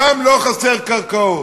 שם לא חסרות קרקעות.